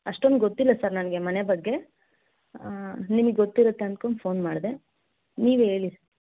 ಅಷ್ಟೊಂದು ಗೊತ್ತಿಲ್ಲ ಸರ್ ನನಗೆ ಮನೆ ಬಗ್ಗೆ ನಿಮಗೆ ಗೊತ್ತಿರುತ್ತೆ ಅನ್ಕೊಂಡು ಫೋನ್ ಮಾಡಿದೆ ನೀವೇಳಿ